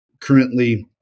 Currently